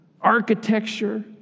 architecture